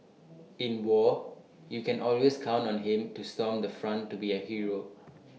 in war you can always count on him to storm the front to be A hero